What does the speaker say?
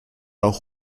auch